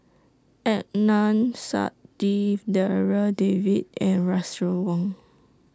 Adnan Saidi Darryl David and Russel Wong